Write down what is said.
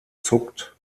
zuckt